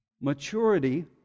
Maturity